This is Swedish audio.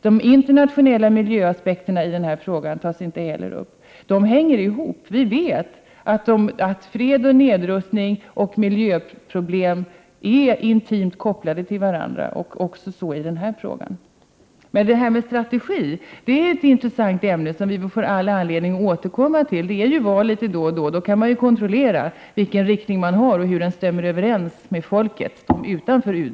De internationella miljöaspekterna i den här frågan tas inte heller upp. Det hänger ihop. Vi vet att fred, nedrustning och miljöproblem är intimt kopplade till varandra. Så är också fallet i den här frågan. Frågan om strategin är ett intressant ämne, som vi får anledning att återkomma till. Det är ju val med jämna mellanrum. Då kan man kontrollera vilken riktning man har och hur den stämmer överens med folkets utanför UD.